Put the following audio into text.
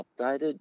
updated